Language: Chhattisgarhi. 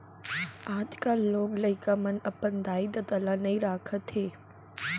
आजकाल लोग लइका मन अपन दाई ददा ल नइ राखत हें